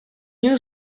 new